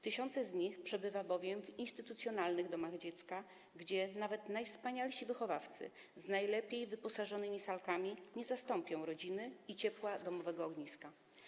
Tysiące z nich przebywa bowiem w instytucjonalnych domach dziecka, gdzie nawet najwspanialsi wychowawcy w najlepiej wyposażonych salkach nie zastąpią rodziny i ciepła domowego ogniska.